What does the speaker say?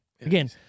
again